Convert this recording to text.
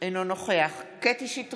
אינו נוכח קטי קטרין שטרית,